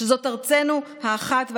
שזאת ארצנו האחת והיחידה,